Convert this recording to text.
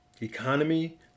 economy